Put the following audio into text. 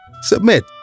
Submit